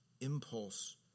impulse